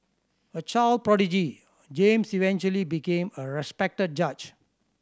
a child prodigy James eventually became a respected judge